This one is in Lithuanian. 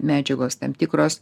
medžiagos tam tikros